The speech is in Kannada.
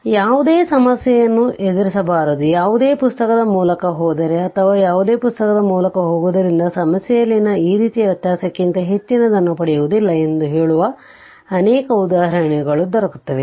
ಆದ್ದರಿಂದ ಯಾವುದೇ ಸಮಸ್ಯೆಯನ್ನು ಎದುರಿಸಬಾರದು ಯಾವುದೇ ಪುಸ್ತಕದ ಮೂಲಕ ಹೋದರೆ ಅಥವಾ ಯಾವುದೇ ಪುಸ್ತಕ ಮೂಲಕ ಹೋಗುವುದರಿಂದ ಸಮಸ್ಯೆಯಲ್ಲಿನ ಈ ರೀತಿಯ ವ್ಯತ್ಯಾಸಕ್ಕಿಂತ ಹೆಚ್ಚಿನದನ್ನು ಪಡೆಯುವುದಿಲ್ಲ ಎಂದು ಹೇಳುವ ಅನೇಕ ಉದಾಹರಣೆಗಳು ದೊರಕುತ್ತದೆ